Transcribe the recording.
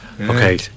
okay